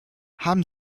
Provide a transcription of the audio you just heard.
haben